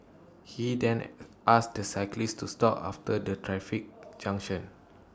he then asked the cyclist to stop after the traffic junction